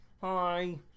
hi